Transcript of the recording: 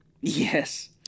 yes